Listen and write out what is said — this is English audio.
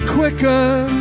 quicken